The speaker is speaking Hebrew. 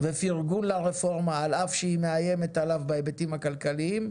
ופרגון לרפורמה אל אף שהיא מאיימת עליו בהיבטים הכלכליים.